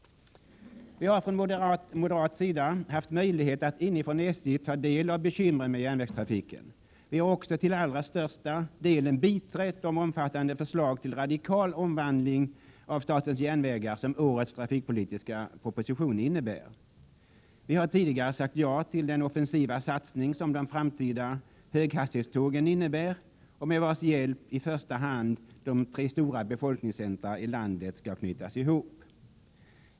Vi har från moderat sida haft möjlighet att inifrån SJ ta del av bekymren med järnvägstrafiken. Vi har också till allra största delen biträtt de omfattande förslag till radikal omvandling av statens järnvägar som årets trafikpolitiska proposition innebär. Vi har tidigare sagt ja till den offensiva satsning som de framtida höghastighetstågen innebär och med vilkas hjälp de tre stora befolkningscentra i landet skall knytas ihop.